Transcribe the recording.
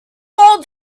old